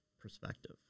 perspective